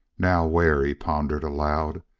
now where? he pondered aloud.